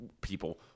people